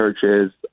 churches